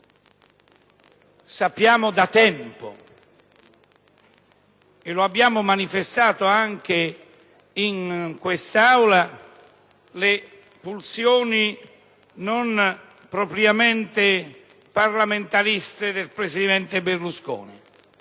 conosciamo da tempo, e le abbiamo ricordate anche in questa Aula, le pulsioni non propriamente parlamentariste del presidente Berlusconi,